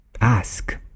Ask